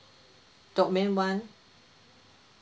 domain one